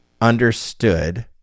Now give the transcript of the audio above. understood